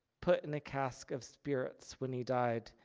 put in a cask of spirits when he died,